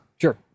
sure